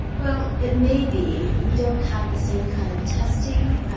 well it may be, we don't have the same kind of testing,